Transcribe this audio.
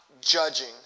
judging